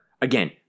again